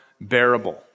bearable